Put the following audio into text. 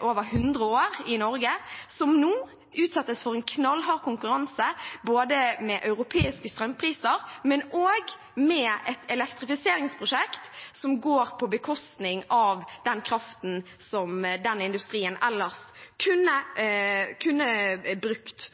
over 100 år i Norge, som nå utsettes for en knallhard konkurranse fra både europeiske strømpriser og et elektrifiseringsprosjekt som går på bekostning av den kraften som den industrien ellers kunne ha brukt.